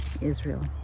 Israel